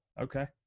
Okay